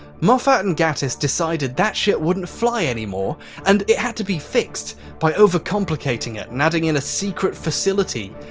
moffat and gatiss decided that shit wouldn't fly anymore and it had to be fixed by overcomplicating it and adding in a secret facility.